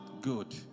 good